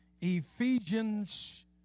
Ephesians